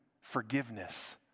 forgiveness